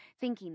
thinking-